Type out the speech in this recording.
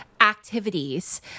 Activities